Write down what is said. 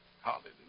Hallelujah